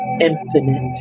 infinite